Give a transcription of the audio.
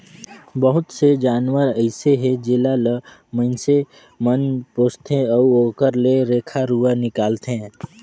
बहुत से जानवर अइसे हे जेला ल माइनसे मन पोसथे अउ ओखर ले रेखा रुवा निकालथे